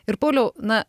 ir pauliau na